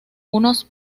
unos